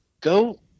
go